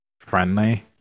friendly